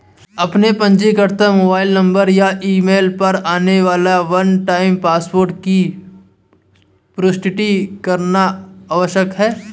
आपके पंजीकृत mobile number या ईमेल पर आने वाले वन टाइम पासवर्ड की पुष्टि करना आवश्यक है